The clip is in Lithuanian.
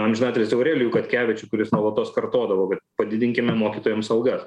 amžinatilsį aurelijų katkevičių kuris nuolatos kartodavo padidinkime mokytojams algas